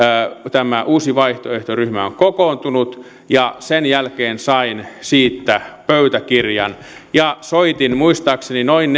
tämä uusi vaihtoehto ryhmä oli kokoontunut ja sen jälkeen sain siitä pöytäkirjan ja soitin muistaakseni noin